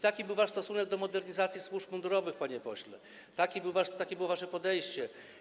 Taki był wasz stosunek do modernizacji służb mundurowych, panie pośle, takie było wasze podejście.